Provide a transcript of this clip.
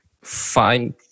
find